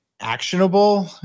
actionable